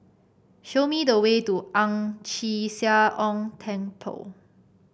show me the way to Ang Chee Sia Ong Temple